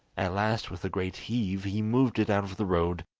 at last with a great heave he moved it out of the road,